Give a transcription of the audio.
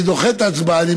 אני דוחה את ההצבעה.